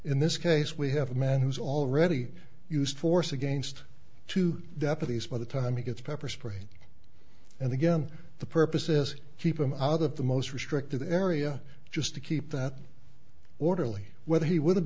in this case we have a man who's already used force against two deputies by the time he gets pepper spray and again the purpose is keep him out of the most restricted area just to keep that orderly whether he would have